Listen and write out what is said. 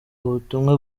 ubutumwa